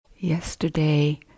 Yesterday